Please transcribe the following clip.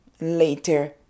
later